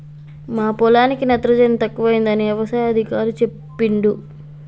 మా పొలానికి నత్రజని తక్కువైందని యవసాయ అధికారి చెప్పిండు